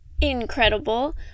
Incredible